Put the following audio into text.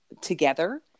together